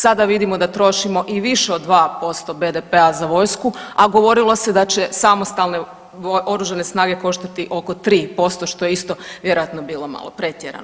Sada vidimo da trošimo i više od 2% BDP-a za vojsku, a govorilo se da će samostalne oružane snage koštati oko 3% što je isto vjerojatno bilo malo pretjerano.